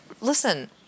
listen